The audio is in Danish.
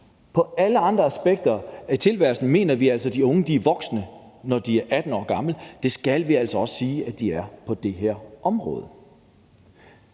til alle andre aspekter af tilværelsen mener vi altså, at de unge er voksne, når de er 18 år gamle. Det skal vi altså også sige at de er på det her område.